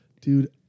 Dude